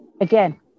Again